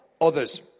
Others